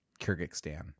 Kyrgyzstan